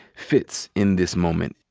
fits in this moment,